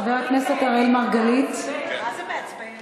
חבר הכנסת אראל מרגלית, בבקשה.